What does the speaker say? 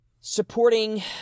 Supporting